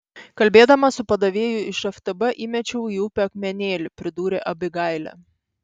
kalbėdama su padavėju iš ftb įmečiau į upę akmenėlį pridūrė abigailė